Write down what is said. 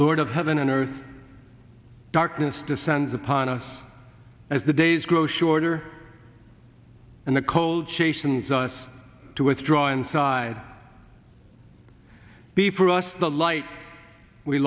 lord of heaven and earth darkness descends upon us as the days grow shorter and the cold chasen's us to withdraw inside before us the light we